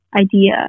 idea